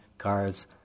cars